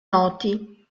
noti